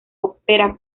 ópera